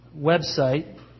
website